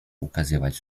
ukazywać